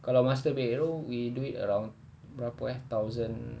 kalau master bedroom we do it around berapa eh thousand